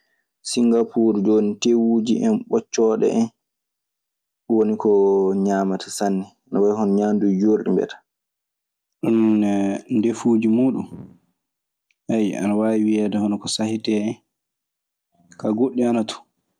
Singapuur jooni, teewuuji en, ɓoccooɗe en. Ɗun woni ko ñaamata sanne. No way hono ñaandu joorɗi mbiyataa. Ɗun nee ndefuuji muuɗun, ana waawi wiyeede hono ko sahetee en. Kaa, goɗɗi ana ton.